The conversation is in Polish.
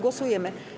Głosujemy.